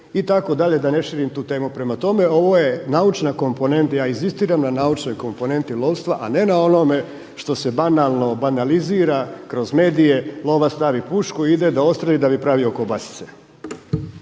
itd. da ne širim tu temu. Prema tome, ovo je naučna komponenta, ja inzistiram na naučnoj komponenti lovstva, a ne na onome što se banalno banalizira kroz medije. Lovac stavi pušku ide da odstrijeli da bi pravio kobasice.